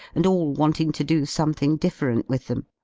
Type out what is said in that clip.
and all wanting to do something different with them.